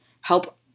help